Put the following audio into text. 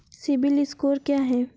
CIBIL score क्या है?